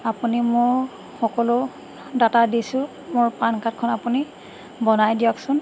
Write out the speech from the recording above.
আপুনি মোৰ সকলো ডাটা দিছোঁ মোৰ পান কাৰ্ডখন আপুনি বনাই দিয়কচোন